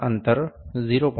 5 અંતર 0